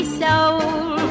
soul